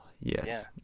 Yes